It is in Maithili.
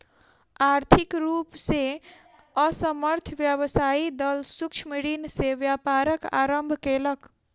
आर्थिक रूप से असमर्थ व्यवसायी दल सूक्ष्म ऋण से व्यापारक आरम्भ केलक